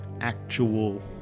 actual